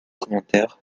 commentaires